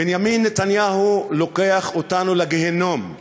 בנימין נתניהו לוקח אותנו לגיהינום.